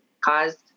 caused